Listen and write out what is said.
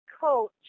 coach